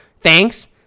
thanks